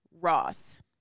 ross